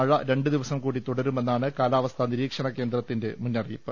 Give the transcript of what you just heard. മഴ രണ്ട് ദിവസം കൂടി തുടരുമെന്നാണ് കാലാവസ്ഥാ നിരീക്ഷണ കേന്ദ്രത്തിന്റെ മുന്നറിയിപ്പ്